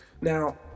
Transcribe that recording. now